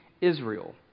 Israel